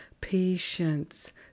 patience